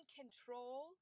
control